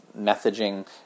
messaging